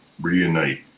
reunite